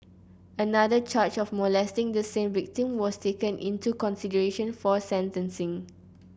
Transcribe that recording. another charge of molesting the same victim was taken into consideration for sentencing